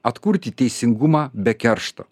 atkurti teisingumą be keršto